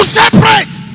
separate